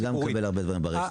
אני גם מקבל הרבה תגובות ברשת,